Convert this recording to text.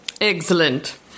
Excellent